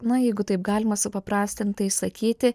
na jeigu taip galima supaprastintai sakyti